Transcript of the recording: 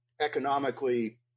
economically